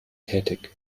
tätig